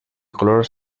color